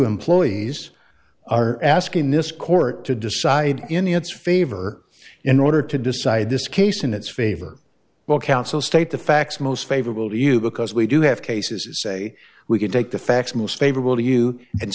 employees are asking this court to decide in its favor in order to decide this case in its favor well counsel state the facts most favorable to you because we do have cases say we could take the facts most favorable to you and